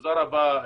תודה רבה,